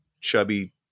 chubby